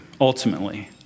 ultimately